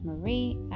Marie